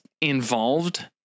involved